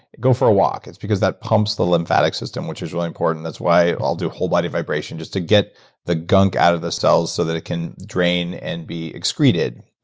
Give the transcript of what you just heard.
go for a walk. it's because that pumps the lymphatic system, which is really important. that's why i'll do whole-body vibration, just to get the gunk out of the cells, so that it can drain and be excreted.